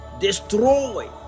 destroy